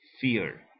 fear